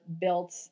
built